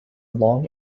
long